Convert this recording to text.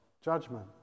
judgment